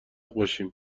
باشیم